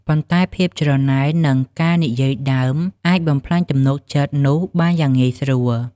ប៉ុន្តែភាពច្រណែន និងការនិយាយដើមអាចបំផ្លាញទំនុកចិត្តនោះបានយ៉ាងងាយស្រួល។